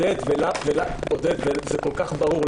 עודד, זה כל כך ברור.